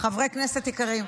חברי כנסת יקרים,